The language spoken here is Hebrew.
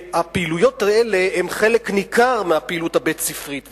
והפעילויות האלה הן חלק ניכר מהפעילות הבית-ספרית.